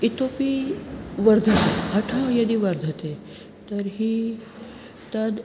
इतोपि वर्धते हठः यदि वर्धते तर्हि तद्